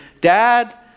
Dad